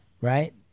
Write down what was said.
Right